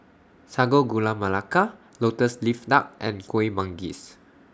Sago Gula Melaka Lotus Leaf Duck and Kueh Manggis